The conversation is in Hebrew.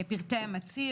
פרטי המצהיר.